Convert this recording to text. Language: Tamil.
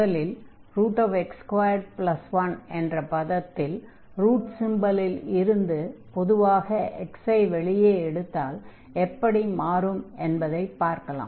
முதலில் x21 என்ற பதத்தில் ரூட் சிம்பலில் இருந்து பொதுவாக x ஐ வெளியே எடுத்தால் எப்படி மாறும் என்பதைப் பார்க்கலாம்